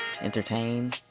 entertain